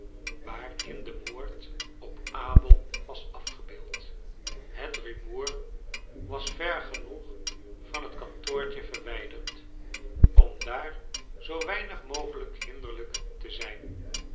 de moord op abel was afgebeeld het rumoer was ver genoeg van het kantoortje verwijderd om daar zoo weinig mogelijk hinderlijk te zijn